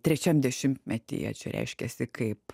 trečiam dešimtmetyje čia reiškėsi kaip